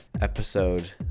episode